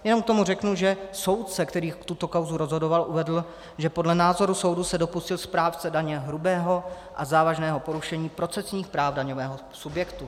Jenom k tomu řeknu, že soudce, který tuto kauzu rozhodoval, uvedl, že podle názoru soudu se dopustil správce daně hrubého a závažného porušení procesních práv daňového subjektu.